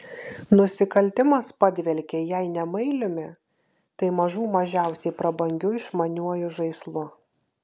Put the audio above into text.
nusikaltimas padvelkė jei ne mailiumi tai mažų mažiausiai prabangiu išmaniuoju žaislu